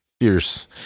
fierce